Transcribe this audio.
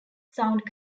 sound